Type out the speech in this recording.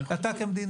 אתה כמדינה?